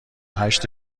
هشت